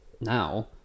now